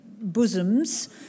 bosoms